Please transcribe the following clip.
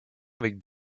avec